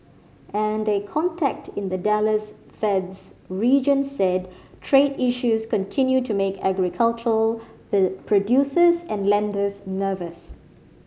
and a contact in the Dallas Fed's region said trade issues continue to make agricultural producers and lenders nervous